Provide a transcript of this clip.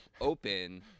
open